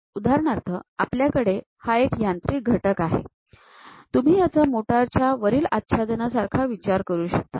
उदाहरणार्थ आपल्याकडे हा एक यांत्रिक घटक आहे तुम्ही याचा मोटार च्या वरील आच्छादनासारखा विचार करू शकता